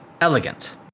elegant